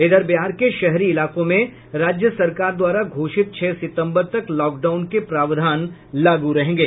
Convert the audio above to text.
इधर बिहार के शहरी इलाकों में राज्य सरकार द्वारा घोषित छह सितम्बर तक लॉकडाउन के प्रावधान लागू रहेंगे